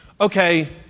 Okay